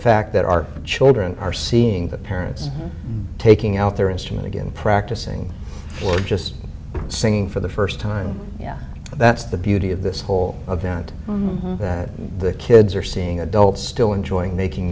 fact that our children are seeing the parents taking out their instrument again practicing or just singing for the first time yeah that's the beauty of this whole event the kids are seeing adults still enjoying making